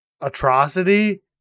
atrocity